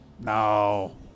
No